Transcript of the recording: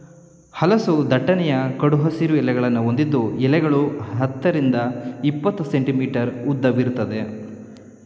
ಹಲಸು ದಟ್ಟನೆಯ ಕಡು ಹಸಿರು ಎಲೆಗಳನ್ನು ಹೊಂದಿದ್ದು ಎಲೆಗಳು ಹತ್ತರಿಂದ ಇಪ್ಪತ್ತು ಸೆಂಟಿಮೀಟರ್ ಉದ್ದವಿರ್ತದೆ